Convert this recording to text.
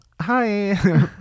Hi